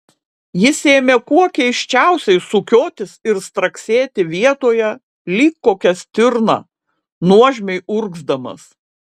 jis ėmė kuo keisčiausiai sukiotis ir straksėti vietoje lyg kokia stirna nuožmiai urgzdamas